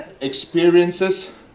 Experiences